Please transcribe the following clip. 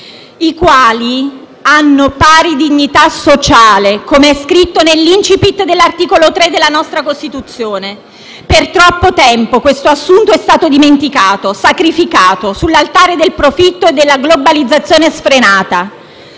i quali hanno pari dignità sociale, come è scritto nell'*incipit* dell'articolo 3 della nostra Costituzione. Per troppo tempo questo assunto è stato dimenticato, sacrificato sull'altare del profitto e della globalizzazione sfrenata.